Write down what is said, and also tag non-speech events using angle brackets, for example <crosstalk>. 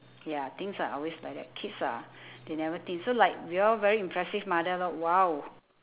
ya things are always like that kids ah <breath> they never think so like we all very impressive mother lor !wow!